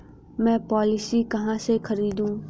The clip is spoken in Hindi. मैं पॉलिसी कहाँ से खरीदूं?